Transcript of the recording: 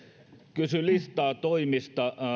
kysyi listaa toimista